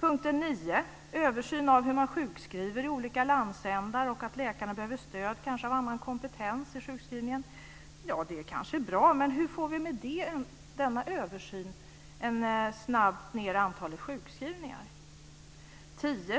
Punkten 9 gäller en översyn av hur man sjukskriver i olika landsändar och av om läkarna behöver stöd av annan kompetens för sjukskrivningen. Ja, det är kanske bra, men hur får vi med denna översyn snabbt ned antalet sjukskrivningar? Det